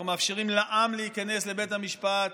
אנחנו מאפשרים לעם להיכנס לבית המשפט,